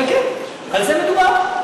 על זה מדובר.